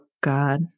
god